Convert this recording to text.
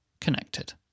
connected